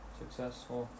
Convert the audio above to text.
successful